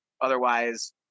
Otherwise